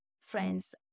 friends